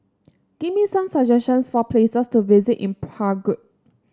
give me some suggestions for places to visit in Prague